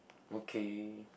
okay